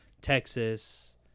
Texas